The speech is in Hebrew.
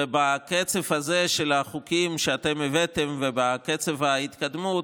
בקצב הזה של החוקים שאתם הבאתם ובקצב ההתקדמות,